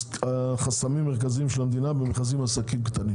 חסמים מרכזיים של המדינה בנכסים ועסקים קטנים.